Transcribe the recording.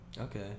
Okay